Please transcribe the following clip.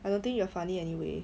I don't think you are funny anyway